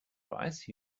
price